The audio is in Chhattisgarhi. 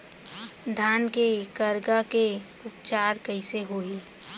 धान के करगा के उपचार कइसे होही?